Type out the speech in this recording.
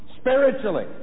spiritually